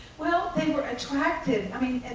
well, they were attracted, i mean,